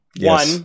One